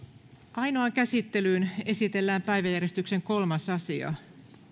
ainoaan käsittelyyn esitellään päiväjärjestyksen kolmas asia